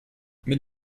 mit